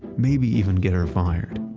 maybe even get her fired.